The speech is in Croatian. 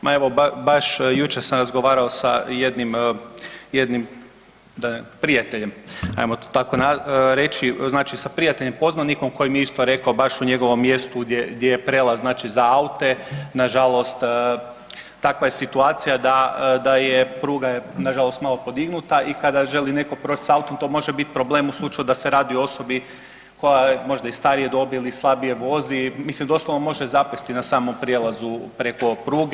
Ma evo baš jučer sam razgovarao sa jednim prijateljem, ajmo to tako reći, znači sa prijateljem poznanikom koji mi je isto rekao baš u njegovom mjestu gdje prijelaz za aute nažalost takva je situacija da je pruga nažalost malo podignuta i kada želi netko proći s autom to može biti problem u slučaju da se radi o osobi koja je možda i starije dobi ili slabije vozi, mislim doslovno može zapesti na samom prijelazu preko pruge.